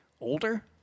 older